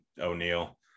O'Neill